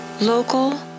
local